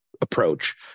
approach